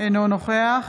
אינו נוכח